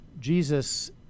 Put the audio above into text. Jesus